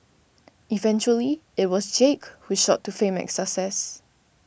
eventually it was Jake who shot to fame and success